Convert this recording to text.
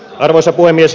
arvoisa puhemies